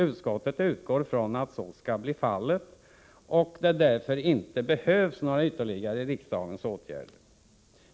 Utskottet utgår från att så skall bli fallet och att det därför inte behövs någon ytterligare riksdagens åtgärd.